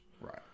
Right